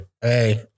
Hey